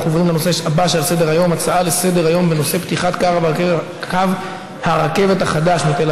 נעבור להצעות לסדר-היום בנושא: פתיחת קו הרכבת החדש מתל